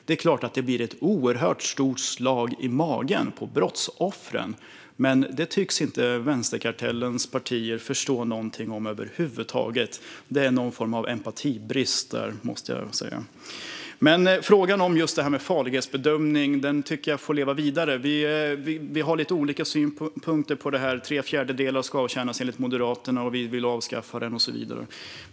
Det är klart att det blir ett oerhört slag i magen på brottsoffren, men detta tycks inte vänsterkartellens partier förstå något av över huvud taget. Det är någon form av empatibrist där, måste jag säga. Frågan om farlighetsbedömning tycker jag får leva vidare. Vi har lite olika synpunkter. Tre fjärdedelar ska avtjänas enligt Moderaterna, vi vill avskaffa den och så vidare.